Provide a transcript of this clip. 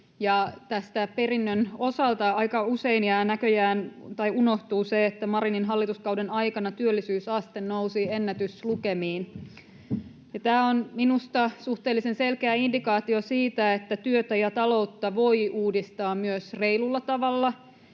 Tämän perinnön osalta aika usein unohtuu se, että Marinin hallituskauden aikana työllisyysaste nousi ennätyslukemiin. Tämä on minusta suhteellisen selkeä indikaatio siitä, että työtä ja taloutta voi uudistaa myös reilulla tavalla,